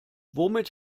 womit